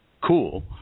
cool